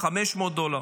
500 דולר.